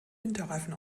winterreifen